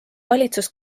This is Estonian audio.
valitsus